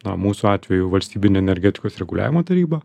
na mūsų atveju valstybinė energetikos reguliavimo taryba